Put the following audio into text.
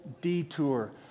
detour